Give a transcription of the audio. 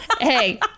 Hey